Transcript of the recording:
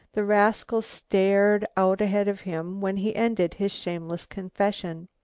the rascal stared out ahead of him when he ended his shameless confession.